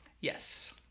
Yes